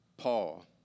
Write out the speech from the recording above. Paul